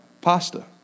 Pasta